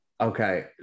okay